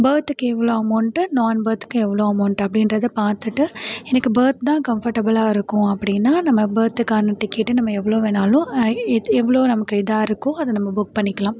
பேர்த்துக்கு எவ்வளோ அமௌன்ட்டு நாண்பேர்த்துக்கு எவ்வளோ அமௌன்ட் அப்படின்றத பார்த்துட்டு எனக்கு பேர்த் தான் கம்ஃபர்டபுளாக இருக்கும் அப்படினா நம்ம பேர்த்துக்கான டிக்கெட்டை நம்ம எவ்வளோ வேணாலும் ஏத் எவ்வளோ நமக்கு இதாக இருக்கோ அதை நம்ம புக் பண்ணிக்கலாம்